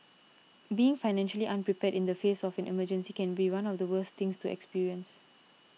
being financially unprepared in the face of an emergency can be one of the worst things to experience